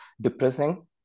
depressing